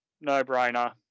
no-brainer